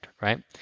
right